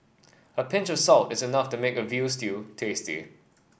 a pinch of salt is enough to make a veal stew tasty